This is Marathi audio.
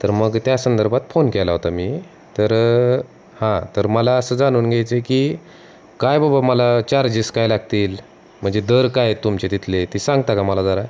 तर मग त्या संदर्भात फोन केला होता मी तर हां तर मला असं जाणून घ्यायचं आहे की काय बाबा मला चार्जीस काय लागतील म्हणजे दर काय आहेत तुमचे तिथले ते सांगता का मला जरा